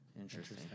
Interesting